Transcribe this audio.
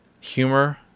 humor